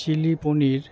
chilli পনির